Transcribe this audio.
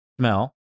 smell